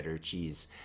cheese